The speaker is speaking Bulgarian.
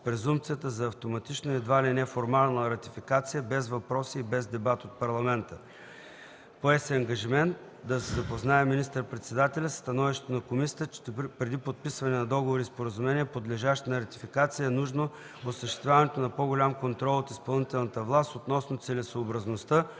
презумпцията за автоматична и едва ли не формална ратификация, без въпроси и без дебат от Парламента. Пое се ангажимент да се запознае министър-председателят със становището на комисията – че преди подписване на договори и споразумения, подлежащи на ратификация, е нужно осъществяването на по-голям контрол от изпълнителната власт относно целесъобразността,